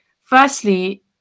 firstly